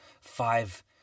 five